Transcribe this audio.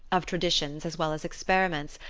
of traditions as well as experiments,